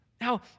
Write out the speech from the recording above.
Now